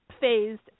phased